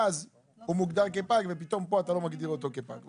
הוא מוגדר כפג ופתאום פה אתה לא מגדיר אותו כפג.